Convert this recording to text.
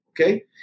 okay